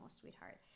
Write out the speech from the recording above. sweetheart